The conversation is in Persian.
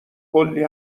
کلی